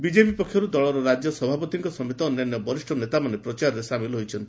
BJP ପକ୍ଷରୁ ଦଳର ରାଜ୍ୟ ସଭାପତିଙ୍କ ସମେତ ଅନ୍ୟାନ୍ୟ ବରିଷ୍ ନେତାମାନେ ପ୍ରଚାରରେ ସାମିଲ ହୋଇଛନ୍ତି